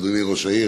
אדוני ראש העיר,